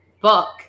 book